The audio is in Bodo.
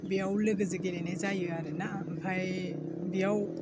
बेयाव लोगोजों गेलेनाय जायो आरो ना ओमफ्राइ बेयाव